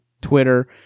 Twitter